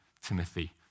Timothy